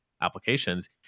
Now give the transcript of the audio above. applications